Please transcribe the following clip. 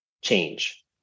change